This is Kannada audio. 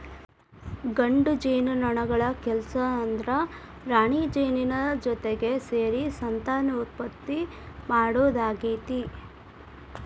ಗಂಡು ಜೇನುನೊಣಗಳ ಕೆಲಸ ಅಂದ್ರ ರಾಣಿಜೇನಿನ ಜೊತಿಗೆ ಸೇರಿ ಸಂತಾನೋತ್ಪತ್ತಿ ಮಾಡೋದಾಗೇತಿ